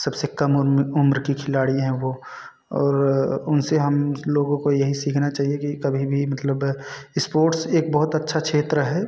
सब से कम उम्र उम्र के खिलाड़ी हैं वो और उन से हम लोगों को यही सीखना चाहिए कि कभी भी मतलब इस्पोर्ट्स एक बहुत अच्छा क्षेत्र है